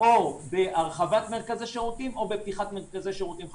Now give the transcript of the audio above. או בהרחבת מרכזי שירותים או בפתיחת מרכזי שירותים חדשים.